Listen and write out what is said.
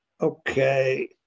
okay